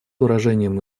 выражением